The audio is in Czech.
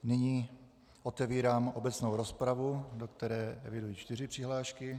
Nyní otevírám obecnou rozpravu, do které eviduji čtyři přihlášky.